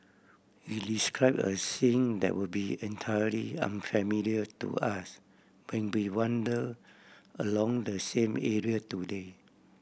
he describe a scene that will be entirely unfamiliar to us when we wander along the same area today